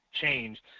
change